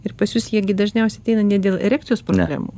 ir pas jus jie dažniausiai ateina ne dėl erekcijos problemų